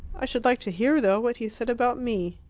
i should like to hear, though, what he said about me.